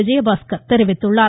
விஜயபாஸ்கர் தெரிவித்துள்ளார்